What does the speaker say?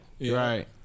Right